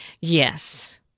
Yes